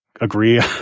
agree